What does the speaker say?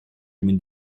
mynd